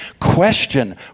question